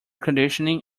conditioning